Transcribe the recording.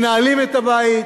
מנהלים את הבית,